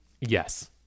Yes